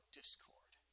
discord